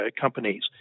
companies